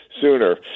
sooner